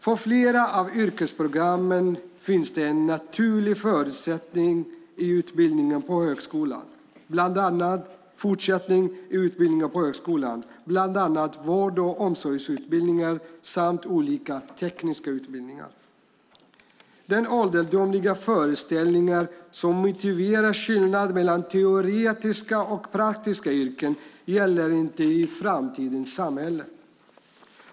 För flera av yrkesprogrammen finns en naturlig fortsättning i utbildningen på högskolan, bland annat vård och omsorgsutbildningar samt olika tekniska utbildningar. Den ålderdomliga föreställningen som motiverar skillnad mellan teoretiska och praktiska yrken gäller inte i framtidens samhälle.